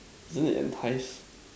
isn't it entice